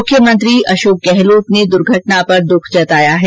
मुख्यमंत्री अशोक गहलोत ने दुर्घटना पर दुख जताया है